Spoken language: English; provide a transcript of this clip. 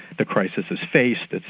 the crises is faced, it's,